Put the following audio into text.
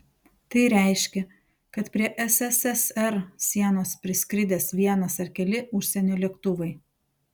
tai reiškė kad prie sssr sienos priskridęs vienas ar keli užsienio lėktuvai